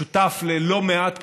שותף ללא מעט פריימריז,